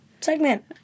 segment